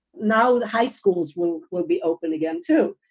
now the high schools will will be open again, too.